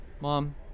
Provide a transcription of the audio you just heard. Mom